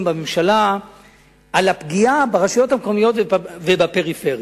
בממשלה על הפגיעה ברשויות המקומיות ובפריפריה,